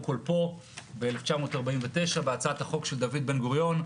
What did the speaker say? כל פה ב-1949 בהצעת החוק של דוד בן גוריון,